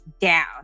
down